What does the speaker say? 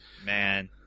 Man